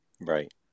right